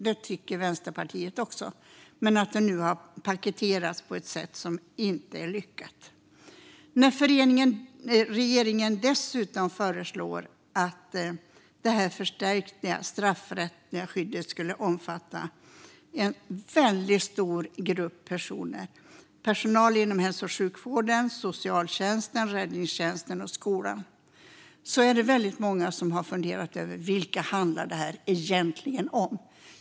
Det tycker Vänsterpartiet också, men det har paketerats på ett sätt som inte är lyckat. När regeringen dessutom föreslår att detta förstärkta straffrättsliga skydd skulle omfatta en väldigt stor grupp personer - personal inom hälso och sjukvård, socialtjänst, räddningstjänst och skola - är det väldigt många som har funderat över vilka det egentligen handlar om.